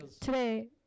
Today